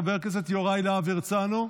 חבר הכנסת יוראי להב הרצנו,